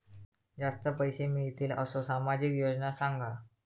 जास्ती पैशे मिळतील असो सामाजिक योजना सांगा?